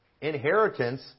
inheritance